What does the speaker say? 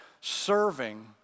Serving